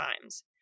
Times